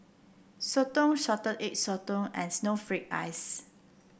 Soto Salted Egg Sotong and Snowflake Ice